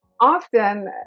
Often